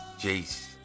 Jace